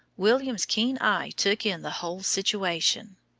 william's keen eye took in the whole situation.